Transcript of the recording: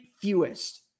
fewest